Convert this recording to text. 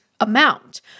amount